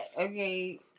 Okay